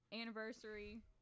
anniversary